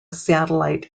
satellite